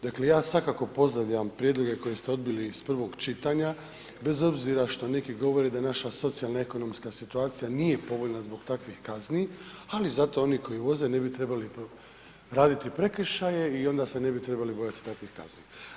Dakle ja svakako pozdravljam prijedloge koje ste odbili iz prvog čitanja bez obzira što neki govore da naša socijalna ekonomska situacija nije povoljna zbog takvih kazni ali zato oni koji voze ne bi trebali raditi prekršaje i onda se ne bi trebali bojati takvih kazni.